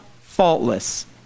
faultless